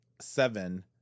seven